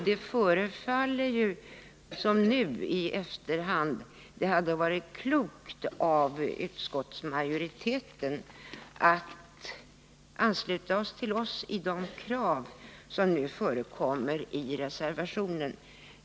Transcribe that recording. Det förefaller nu i efterhand som om det hade varit klokt av utskottsmajoriteten att ansluta sig till oss i de krav som förekommer i reservationen.